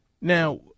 Now